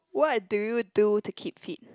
what do you do to keep fit